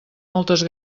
moltes